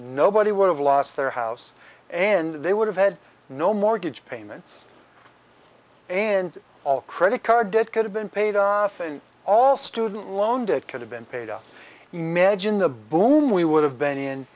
nobody would have lost their house and they would have had no mortgage payments and all credit card debt could have been paid off and all student loan debt could have been paid out imagine the boom we would have been